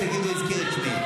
ותגידו: הזכיר את שמי.